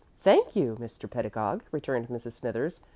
thank you, mr. pedagog, returned mrs. smithers,